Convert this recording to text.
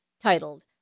titled